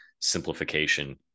simplification